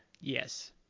Yes